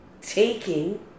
taking